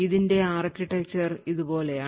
ഇതിന്റെ architecture ഇതുപോലെയാണ്